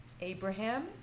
Abraham